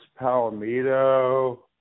Palomito